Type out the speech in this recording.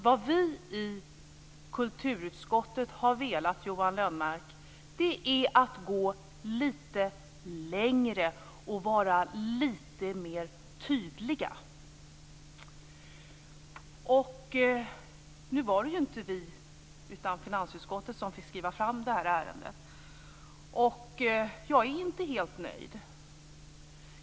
Vi i kulturutskottet har velat gå litet längre och vara litet mer tydliga, Johan Lönnroth. Nu var det ju inte vi, utan finansutskottet, som fick skriva fram det här ärendet. Jag är inte helt nöjd.